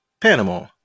Panama